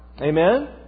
Amen